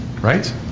right